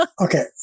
Okay